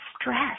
stress